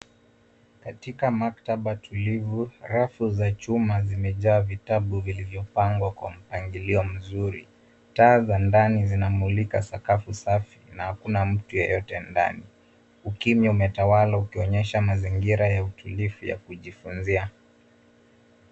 Katika maktaba tulivu rafu za chuma zimejaa vitabu vilivyopangwa kwa mpangilio mzuri. Taa za ndani znamulika sakafu safi na hakuna mtu yeyote ndani. Ukimya umetawala ukionyesha mazingira ya utulivu ya kujifunzia.